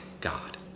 God